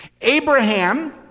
Abraham